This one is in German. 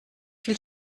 viel